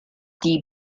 die